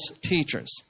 teachers